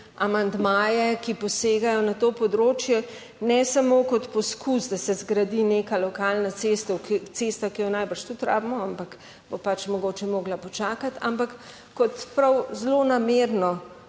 amandmaje, ki posegajo na to področje ne samo kot poskus, da se zgradi neka lokalna cesta, ki jo najbrž tudi rabimo ampak bo pač mogoče morala počakati, ampak kot prav zlonamerno